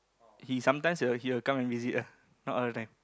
he sometimes he will he will come and visit ah not all the time